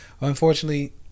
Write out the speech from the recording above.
Unfortunately